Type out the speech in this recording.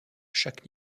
chaque